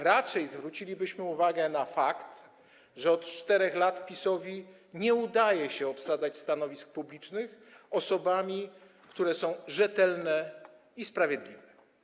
Raczej zwrócilibyśmy uwagę na fakt, że PiS-owi od 4 lat nie udaje się obsadzać stanowisk publicznych osobami, które są rzetelne i sprawiedliwe.